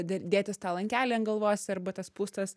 dė dėtis tą lankelį an galvos arba tas pūstas